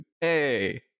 Hey